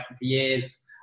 years